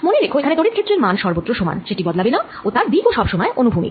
মনে রেখো এখানে তড়িৎ ক্ষেত্রের মান সর্বত্র সমান সেটি বদলাবে না ও তার দিক ও সব সময় অনুভূমিক